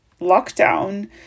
lockdown